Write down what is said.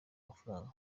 amafaranga